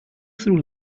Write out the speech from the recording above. through